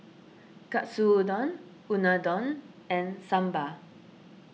Katsudon Unadon and Sambar